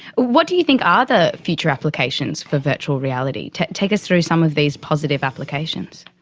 what do you think are the future applications for virtual reality? take us through some of these positive applications?